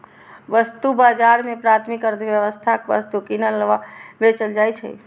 वस्तु बाजार मे प्राथमिक अर्थव्यवस्थाक वस्तु कीनल आ बेचल जाइ छै